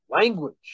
language